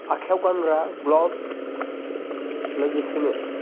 आखाइयाव गानग्रा ग्ल'भ लोगोसेनो